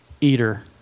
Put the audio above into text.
eater